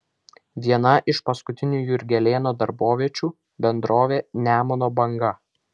viena iš paskutinių jurgelėno darboviečių bendrovė nemuno banga